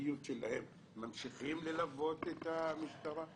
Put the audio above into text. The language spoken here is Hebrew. ממשיכים ללוות את המשטרה?